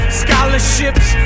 scholarships